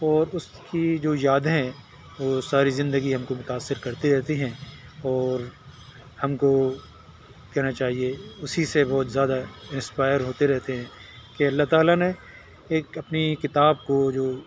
اور اس کی جو یاد ہیں وہ ساری زندگی ہم کو متأثر کرتی رہتی ہیں اور ہم کو کہنا چاہیے اسی سے بہت زیادہ انسپائر ہوتے رہتے ہیں کہ اللہ تعالیٰ نے ایک اپنی کتاب کو جو